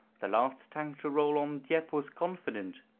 the last tank to roll on dieppe was confident.